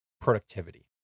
productivity